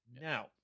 now